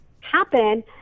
happen